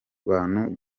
bantu